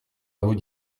vous